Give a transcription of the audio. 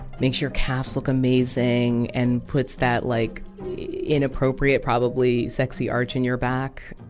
makes your calves look amazing, and puts that like inappropriate, probably, sexy arch in your back.